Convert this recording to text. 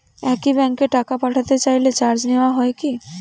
একই ব্যাংকে টাকা পাঠাতে চাইলে চার্জ নেওয়া হয় কি?